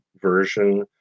version